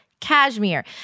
cashmere